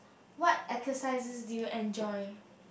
what exercises do you enjoy